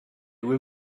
will